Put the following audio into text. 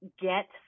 get